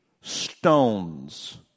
stones